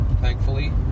thankfully